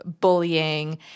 bullying